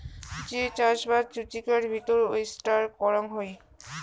যে চাষবাস জুচিকার ভিতর ওয়েস্টার করাং হই